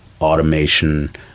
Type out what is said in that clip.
automation